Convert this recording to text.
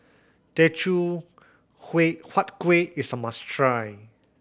Teochew Huat Kueh is a must try